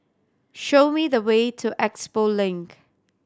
show me the way to Expo Link